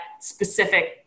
specific